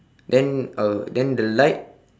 then uh then the light